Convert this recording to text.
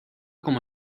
como